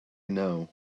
know